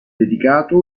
dedicato